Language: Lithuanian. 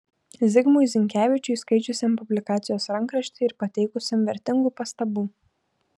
zigmui zinkevičiui skaičiusiam publikacijos rankraštį ir pateikusiam vertingų pastabų